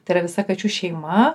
tai yra visa kačių šeima